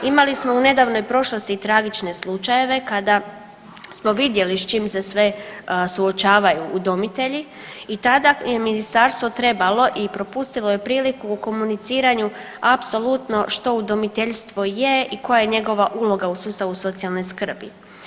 Imali smo u nedavnoj prošlosti tragične slučajeve kada smo vidjeli s čim se sve suočavaju udomitelji i tada je ministarstvo trebalo i propustilo je priliku u komuniciranju apsolutno što udomiteljstvo je i koja je njegova uloga u sustavu socijalne skrbi.